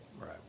Right